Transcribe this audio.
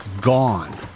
gone